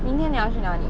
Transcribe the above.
明天你要去哪里